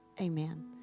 amen